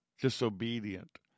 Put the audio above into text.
disobedient